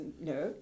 No